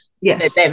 Yes